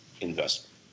investment